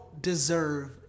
deserve